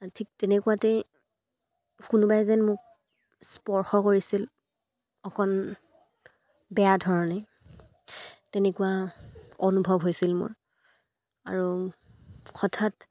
ঠিক তেনেকুৱাতেই কোনোবাই যেন মোক স্পৰ্শ কৰিছিল অকণ বেয়া ধৰণে তেনেকুৱা অনুভৱ হৈছিল মোৰ আৰু হঠাৎ